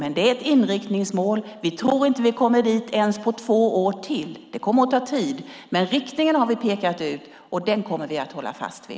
Det är dock ett inriktningsmål, och vi tror inte att vi kommer dit ens på två år till - det kommer att ta tid. Men riktningen har vi pekat ut, och den kommer vi att hålla fast vid.